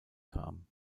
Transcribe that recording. kam